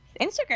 Instagram